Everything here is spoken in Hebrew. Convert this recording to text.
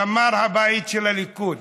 זמר הבית של הליכוד.